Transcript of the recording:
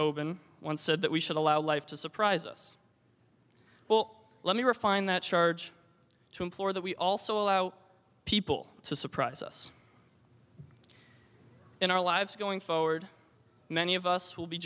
open once said that we should allow life to surprise us well let me refine that charge to implore that we also allow people to surprise us in our lives going forward many of us will be